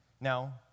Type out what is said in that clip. Now